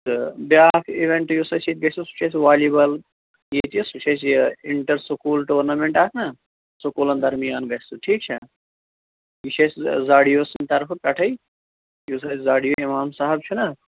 تہٕ بیٛاکھ اِوینٛٹ یُس اَسہِ ییٚتہِ گژھِو سُہ چھُ اَسہِ والی بال ییٚتہِ سُہ چھُ اَسہِ یہِ اِنٹَر سکوٗل ٹورنامٮ۪نٛٹ اَکھ نا سکوٗلَن درمیان گژھِ سُہ ٹھیٖک چھا یہِ چھِ اَسہِ زاڈِیو سٕنٛدِ طرفہٕ پٮ۪ٹھٕے یُس اَسہِ زاڈِیو اِمام صاحب چھُنا